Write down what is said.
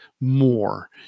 more